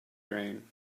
rain